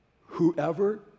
whoever